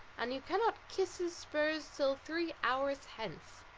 and you cannot kiss his spurs till three hours hence.